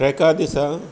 ट्रॅका दिसा